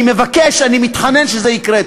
אני מבקש, אני מתחנן, שזה יקרה.